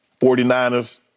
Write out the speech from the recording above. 49ers